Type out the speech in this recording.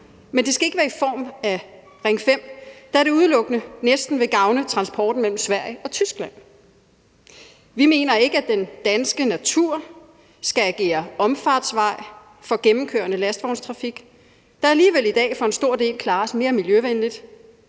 men det skal ikke være i form af Ring 5, da det næsten udelukkende vil gavne transporten mellem Sverige og Tyskland. Vi mener ikke, at den danske natur skal agere omfartsvej for gennemkørende lastvognstrafik, der alligevel i dag for en stor dels vedkommende klares mere miljøvenligt